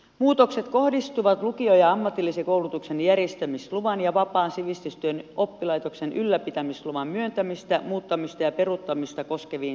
muutokset kohdistuvat lukio ja ammatillisen koulutuksen järjestämisluvan ja vapaan sivistystyön oppilaitoksen ylläpitämisluvan myöntämistä muuttamista ja peruuttamista koskeviin säännöksiin